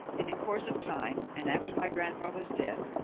and in course of time, and after my grandfather's death,